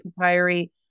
papyri